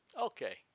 Okay